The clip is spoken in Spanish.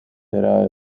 era